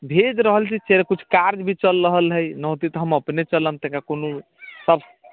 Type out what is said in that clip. भेज रहल छी चेल कुछ कार्य भी चलि रहल हइ न होतै तऽ हम अपने चलि अबितै कोनोसभ